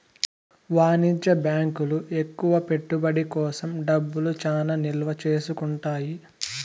వాణిజ్య బ్యాంకులు ఎక్కువ పెట్టుబడి కోసం డబ్బులు చానా నిల్వ చేసుకుంటాయి